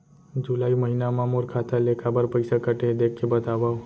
जुलाई महीना मा मोर खाता ले काबर पइसा कटे हे, देख के बतावव?